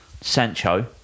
Sancho